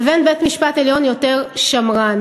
לבין בית-משפט עליון יותר שמרן.